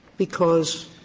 because